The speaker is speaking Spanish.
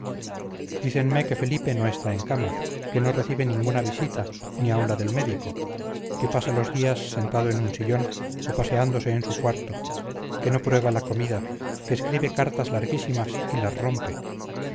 costare dícenme que felipe no está en cama que no recibe ninguna visita ni aun la del médico que pasa los días sentado en un sillón o paseándose en su cuarto que no prueba la comida que escribe cartas larguísimas y las rompe